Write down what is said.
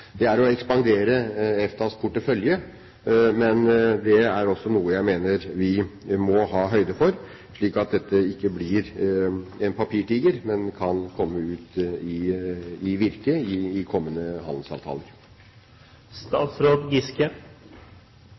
Det er å ekspandere EFTAs portefølje. Men det er også noe jeg mener vi må ta høyde for, slik at dette ikke blir en papirtiger, men kan komme ut i virke i kommende handelsavtaler. Jeg er enig med interpellanten i